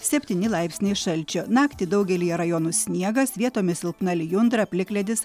septyni laipsniai šalčio naktį daugelyje rajonų sniegas vietomis silpna lijundra plikledis